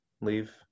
leave